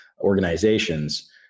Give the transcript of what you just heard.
organizations